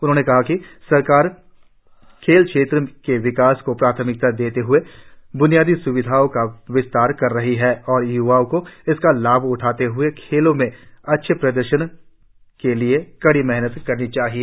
उन्होंने कहा कि सरकार खेल क्षेत्र के विकास को प्राथमिकता देते ह्ए बुनियादी सुविधाओं का विस्तार कर रही है और युवाओं को इसका लाभ उठाते हुए खेलों में अच्छे प्रदर्शन के लिए कड़ी मेहनत करनी होगी